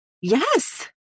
Yes